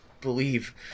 Believe